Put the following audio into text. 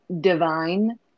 divine